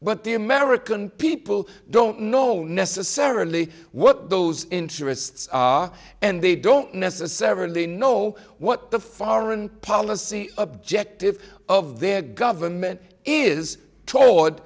but the american people don't know necessarily what those interests are and they don't necessarily know what the foreign policy objective of their government is t